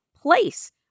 place